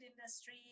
industry